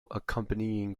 accompanying